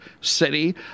city